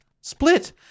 Split